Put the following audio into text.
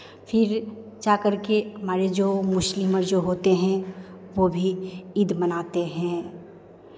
फिर जाकर के हमारे जो मुस्लिम और जो होते हैं वो भी ईद मनाते हैं